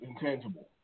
intangible